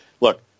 Look